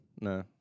No